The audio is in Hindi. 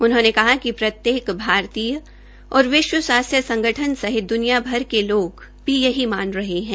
उन्होंने कहा कि प्रत्येक भारतीय और विश्व स्वास्थ्य संगठन सहित द्वनियाभर के लोग भी यह मान रहे हे